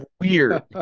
weird